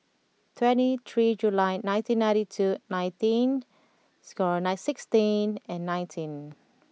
twenty three July nineteen ninety two nineteen score nine sixteen and nineteen